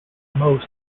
most